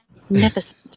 Magnificent